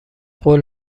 قول